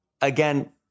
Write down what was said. again